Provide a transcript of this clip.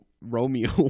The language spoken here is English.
Romeo